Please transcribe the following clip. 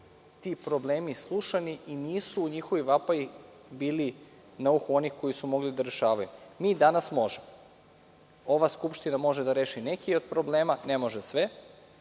ti problemi slušani i nisu ti vapaji bili na uhu onih koje su mogli da rešavaju. Mi danas možemo. Ova skupština može da reši neke od problema, ne može sve,